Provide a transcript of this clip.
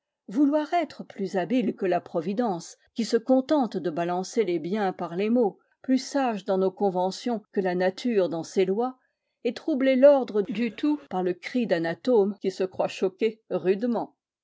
vouloir être plus habile que la providence qui se contente de balancer les biens par les maux plus sages dans nos conventions que la nature dans ses lois et troubler l'ordre du tout par le cri d'un atome qui se croit choqué rudement